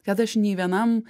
kad aš nei vienam